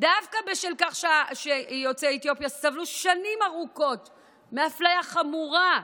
דווקא בשל כך שיוצאי אתיופיה סבלו שנים ארוכות מאפליה חמורה,